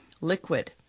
liquid